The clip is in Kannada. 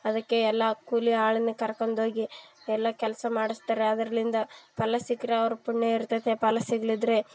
ಅದಕ್ಕೆ ಎಲ್ಲ ಕೂಲಿ ಆಳನ್ನೇ ಕರ್ಕಂಡೋಗಿ ಎಲ್ಲ ಕೆಲಸ ಮಾಡ್ಸತಾರೆ ಅದರಿಂದ ಫಲ ಸಿಕ್ಕರೆ ಅವ್ರ ಪುಣ್ಯ ಇರ್ತೈತಿ ಫಲ ಸಿಗ್ದಿದ್ರೆ